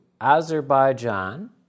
Azerbaijan